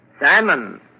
Simon